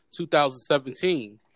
2017